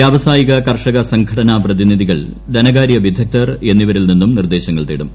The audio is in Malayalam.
വ്യാവസായിക കർഷക സംഘടനാ പ്രതിനിധികൾ ധനകാര്യ വിദഗ്ദ്ധർ എന്നിവരിൽ നിന്നും നിർദ്ദേശങ്ങൾ തേടും